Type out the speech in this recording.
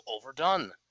overdone